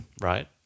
Right